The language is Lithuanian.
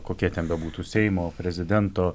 kokie ten bebūtų seimo prezidento